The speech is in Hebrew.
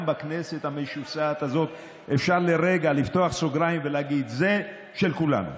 גם בכנסת המשוסעת הזאת אפשר לרגע לפתוח סוגריים ולהגיד: זה של כולנו.